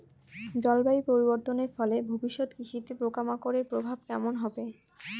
জলবায়ু পরিবর্তনের ফলে ভবিষ্যতে কৃষিতে পোকামাকড়ের প্রভাব কেমন হবে?